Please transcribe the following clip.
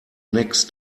next